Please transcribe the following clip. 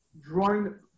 drawing